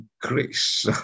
Grace